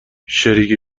شریک